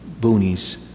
boonies